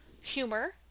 humor